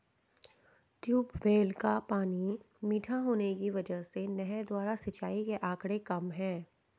tubewell का पानी मीठा होने की वजह से नहर द्वारा सिंचाई के आंकड़े कम है